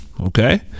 okay